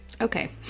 Okay